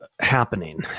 happening